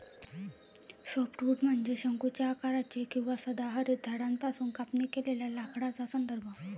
softwood म्हणजे शंकूच्या आकाराचे किंवा सदाहरित झाडांपासून कापणी केलेल्या लाकडाचा संदर्भ